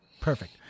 perfect